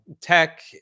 tech